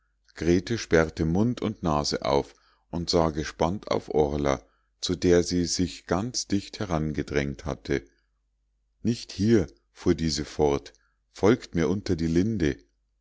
sperrte mund und nase auf und sah gespannt auf orla zu der sie sich ganz dicht herangedrängt hatte nicht hier fuhr diese fort folgt mir unter die linde